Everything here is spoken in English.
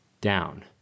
down